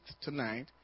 tonight